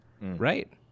Right